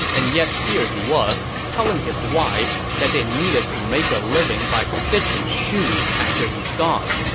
and yet here he was, telling his wives that they needed to make a living by stitching shoes after he's gone.